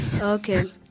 okay